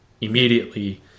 immediately